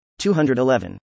211